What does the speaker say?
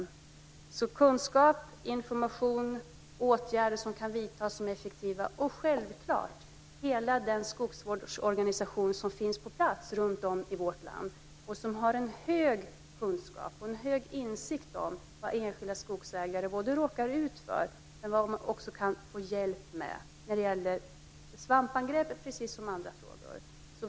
Vi bistår med kunskap, information, åtgärder som är effektiva och självklart hela den skogsvårdsorganisation som finns på plats runtom i vårt land och som har en hög kunskap och en god insikt både om vad enskilda skogsägare råkar ut för och om vad de kan få hjälp med. Det kan gälla både svampangrepp och andra frågor.